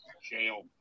Shale